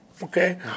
Okay